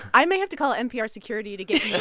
i may have to call npr's security to get